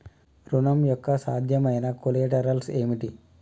ఋణం యొక్క సాధ్యమైన కొలేటరల్స్ ఏమిటి?